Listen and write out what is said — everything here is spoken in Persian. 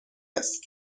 است